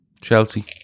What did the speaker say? Chelsea